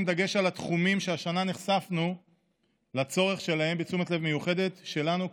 דגש על התחומים שהשנה נחשף הצורך בתשומת לב מיוחדת שלנו אליהם,